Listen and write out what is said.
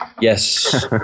yes